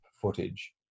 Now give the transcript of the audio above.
footage